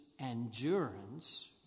endurance